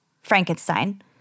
Frankenstein